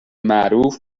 معروف